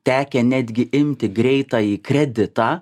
tekę netgi imti greitąjį kreditą